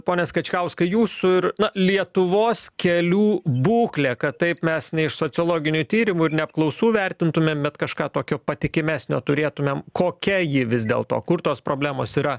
pone skačkauskai jūsų ir na lietuvos kelių būklė kad taip mes ne iš sociologinių tyrimų ir ne apklausų vertintumėm bet kažką tokio patikimesnio turėtumėm kokia ji vis dėl to kur tos problemos yra